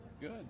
good